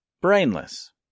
brainless